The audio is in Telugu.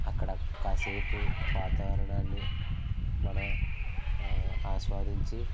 అక్కడ కాసేపు వాతావరణాన్ని మనం ఆస్వాదించి